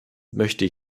möchte